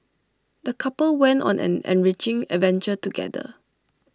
the couple went on an enriching adventure together